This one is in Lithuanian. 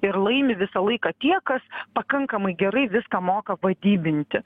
ir laimi visą laiką tie kas pakankamai gerai viską moka vadybinti